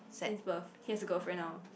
since birth he has a girlfriend now